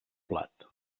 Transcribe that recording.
blat